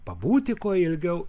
pabūti kuo ilgiau